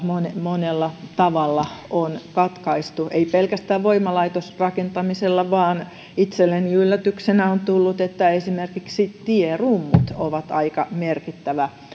monella tavalla on katkaistu ei pelkästään voimalaitosrakentamisella vaan itselleni yllätyksenä on tullut että esimerkiksi tierummut ovat aika merkittävä